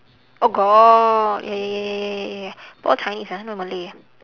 oh got ya ya ya ya ya ya all chinese ah no malay ah